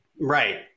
Right